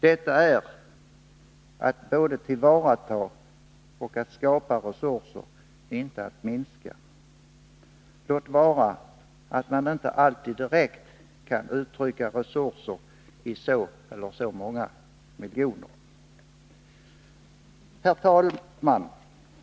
Detta är att både tillvarata och skapa resurser, inte att minska resurserna — låt vara att man inte alltid direkt kan uttrycka resurser i så eller så många miljoner kronor. Herr talman!